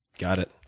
got it.